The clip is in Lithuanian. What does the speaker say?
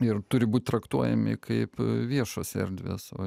ir turi būti traktuojami kaip viešos erdvės o